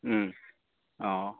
অঁ